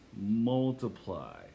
multiply